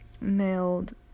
nailed